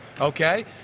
Okay